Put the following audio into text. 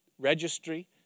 Registry